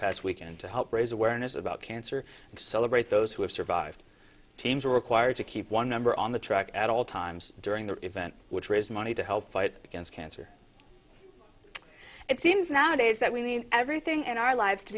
past weekend to help raise awareness about cancer and celebrate those who have survived teams were required to keep one number on the track at all times during the event which was money to help fight against cancer it seems nowadays that we need everything in our lives to